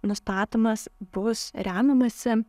nustatomas bus remiamasi